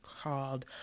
called